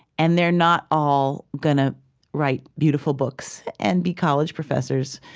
and they are not all going to write beautiful books and be college professors.